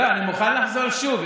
אני מוכן לחזור שוב.